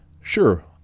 sure